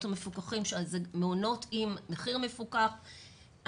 המפוקחים שאלה מעונות עם מחיר מפוקח,